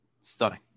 Stunning